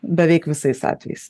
beveik visais atvejais